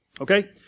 Okay